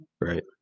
Right